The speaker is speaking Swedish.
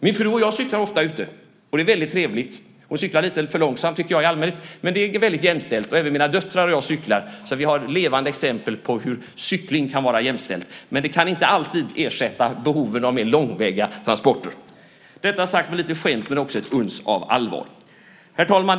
Min fru och jag cyklar ofta ute, och det är väldigt trevligt. Hon cyklar i allmänhet lite för långsamt, tycker jag. Men det är väldigt jämställt. Även mina döttrar och jag cyklar. Så vi har ett levande exempel på hur cykling kan vara jämställt. Men vid mer långväga transporter finns ofta behov av andra transportslag. Detta sagt med lite skämt men också med ett uns av allvar. Herr talman!